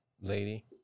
lady